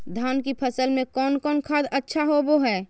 धान की फ़सल में कौन कौन खाद अच्छा होबो हाय?